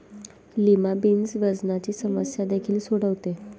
lima beans वजनाची समस्या देखील सोडवते